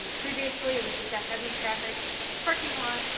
um previously it was just a heavy traffic parking lot.